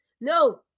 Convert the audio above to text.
no